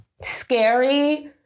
scary